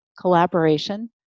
collaboration